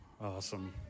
Awesome